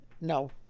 No